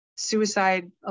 suicide